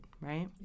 right